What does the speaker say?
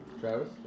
Travis